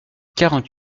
quarante